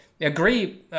agree